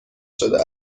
شده